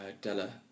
Della